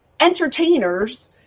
entertainers